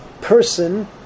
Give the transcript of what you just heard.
person